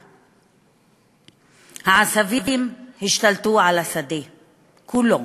העשבים השתלטו על השדה כולו.